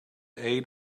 aid